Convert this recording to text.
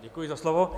Děkuji za slovo.